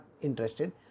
interested